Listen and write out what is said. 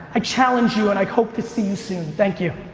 i challenge you and i hope to see you soon. thank you.